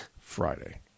Friday